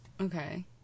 Okay